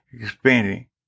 expanding